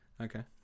Okay